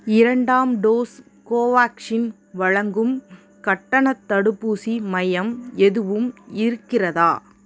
இரண்டாம் dose Covaxin வழங்கும் கட்டணத் தடுப்பூசி மையம் எதுவும் இருக்கிறதா